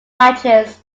matches